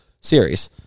series